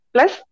Plus